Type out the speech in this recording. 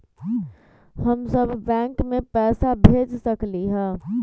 हम सब बैंक में पैसा भेज सकली ह?